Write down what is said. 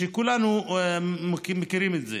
כולנו מכירים את זה.